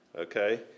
okay